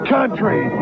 Country